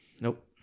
Nope